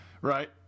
Right